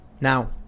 Now